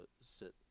sit